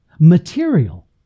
material